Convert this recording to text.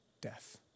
death